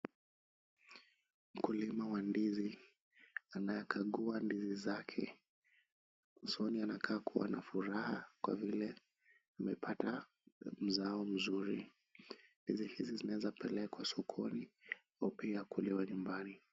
Mkulima wa ndizi anaye kagua ndizi zake. Usoni anakaa kuwa na furaha kwa vile amepata mzao mzuri. Ndizi hizi zinaweza pelekwa sokoni au pia kuliwa nyumbani.